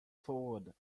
forward